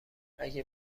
اگه